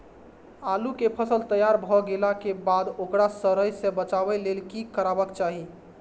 आलू केय फसल तैयार भ गेला के बाद ओकरा सड़य सं बचावय लेल की करबाक चाहि?